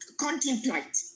contemplate